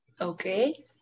Okay